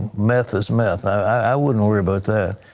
meth is meth. i wouldn't worry about that.